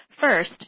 First